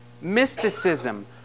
mysticism